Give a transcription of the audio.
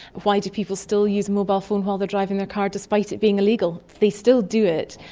why do people still use mobile phones while they're driving their car despite it being illegal? they still do it.